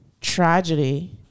tragedy